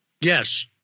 Yes